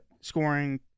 scoring